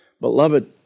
Beloved